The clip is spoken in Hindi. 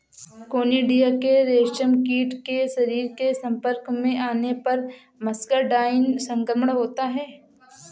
कोनिडिया के रेशमकीट के शरीर के संपर्क में आने पर मस्करडाइन संक्रमण होता है